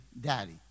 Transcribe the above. daddy